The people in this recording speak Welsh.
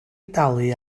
dalu